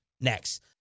next